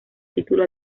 título